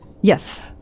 Yes